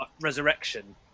resurrection